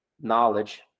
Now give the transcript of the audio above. Knowledge